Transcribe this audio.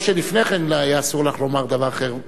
לא שלפני כן אסור היה לך לומר דבר אחר,